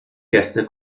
gäste